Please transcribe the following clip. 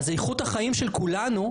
אז איכות החיים של כולנו,